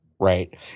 Right